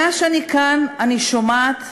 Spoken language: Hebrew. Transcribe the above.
מאז שאני כאן אני שומעת,